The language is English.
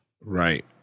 Right